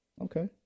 Okay